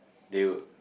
they would